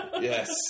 Yes